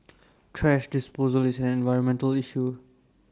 thrash disposal is an environmental issue